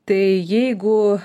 tai jeigu